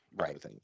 Right